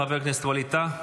חבר הכנסת ווליד טאהא,